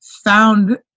found